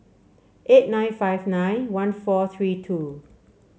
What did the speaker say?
eight nine five nine one four three two